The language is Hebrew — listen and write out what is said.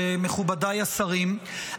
מכובדיי השרים,